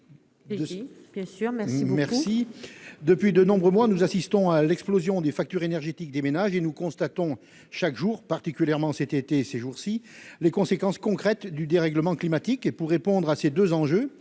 Tissot. Depuis de nombreux mois, nous assistons à l'explosion des factures énergétiques des ménages et nous constatons chaque jour, particulièrement cet été, les conséquences concrètes du dérèglement climatique. Pour répondre à ces deux enjeux,